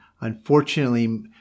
unfortunately